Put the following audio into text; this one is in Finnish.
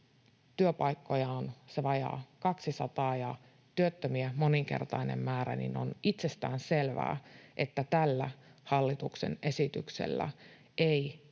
työpaikkoja on se vajaa 200 ja työttömiä moninkertainen määrä, on itsestään selvää, että tällä hallituksen esityksellä ei